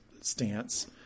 stance